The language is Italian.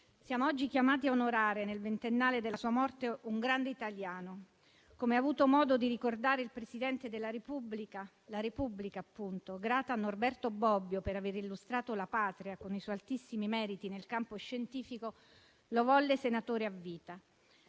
siamo oggi chiamati a onorare, nel ventennale della sua morte, un grande italiano. Come ha avuto modo di ricordare il Presidente della Repubblica: «La Repubblica, grata a Norberto Bobbio per aver illustrato la Patria con i suoi altissimi meriti nel campo scientifico, lo volle senatore a vita».